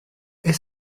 est